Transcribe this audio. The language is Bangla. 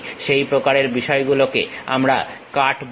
সেই প্রকারের বিষয়গুলোকে আমরা কাট বলি